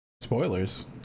Spoilers